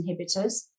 inhibitors